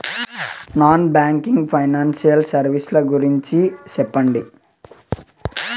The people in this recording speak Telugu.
నాన్ బ్యాంకింగ్ ఫైనాన్సియల్ సర్వీసెస్ ల గురించి సెప్పండి?